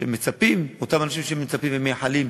שמצפים, אותם אנשים שמצפים ומייחלים,